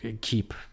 keep